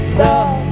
love